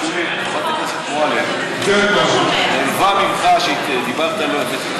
חברת הכנסת מועלם נעלבה ממך, שדיברת לא יפה.